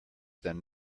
than